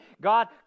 God